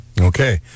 Okay